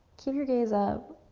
keep your gaze up.